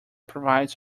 provides